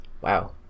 Wow